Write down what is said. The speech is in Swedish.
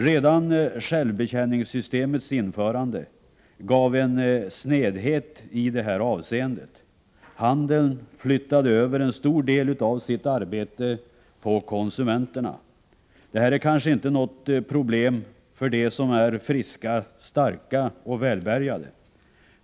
Redan självbetjäningssystemets införande gav en snedhet i detta avseende. Handeln flyttade över en stor del av sitt arbete till konsumenterna. Detta är kanske inte något problem för de friska, starka och välbärgade.